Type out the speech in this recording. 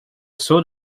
son